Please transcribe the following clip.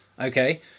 Okay